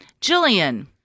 Jillian